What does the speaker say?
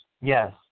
Yes